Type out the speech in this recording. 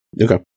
Okay